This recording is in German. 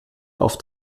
auf